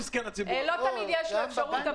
לציבור באמת לא תמיד יש אפשרות.